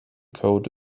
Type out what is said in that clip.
code